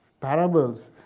parables